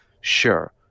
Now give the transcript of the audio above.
Sure